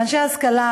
אנשי השכלה,